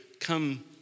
come